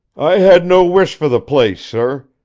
i had no wish for the place, sir.